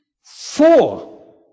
Four